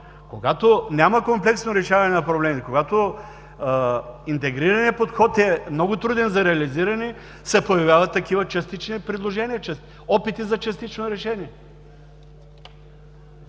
когато няма комплексно решаване на проблемите, когато интегрираният подход е много труден за реализиране, се появяват такива частични предложения, опити за частично решение.